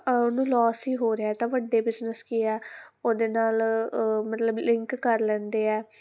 ਉਹਨੂੰ ਲੋਸ ਹੀ ਹੋ ਰਿਹਾ ਤਾਂ ਵੱਡੇ ਬਿਜਨਸ ਕੀ ਆ ਉਹਦੇ ਨਾਲ ਮਤਲਬ ਲਿੰਕ ਕਰ ਲੈਂਦੇ ਆ